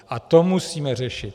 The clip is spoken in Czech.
A to musíme řešit.